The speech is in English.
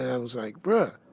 i was like, bro,